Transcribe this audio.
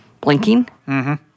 blinking